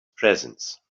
presence